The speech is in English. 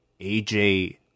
AJ